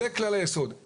זה כלל היסוד.